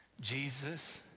Jesus